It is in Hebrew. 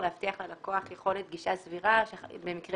להבטיח ללקוח יכולת גישה סבירה במקרה